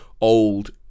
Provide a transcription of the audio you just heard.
old